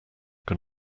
can